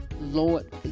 Lord